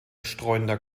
streunender